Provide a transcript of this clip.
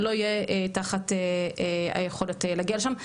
לא יהיה תחת היכולת להגיע לשם,